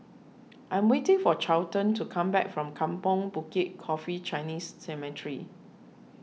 I am waiting for Charlton to come back from Kampong Bukit Coffee Chinese Cemetery